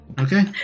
Okay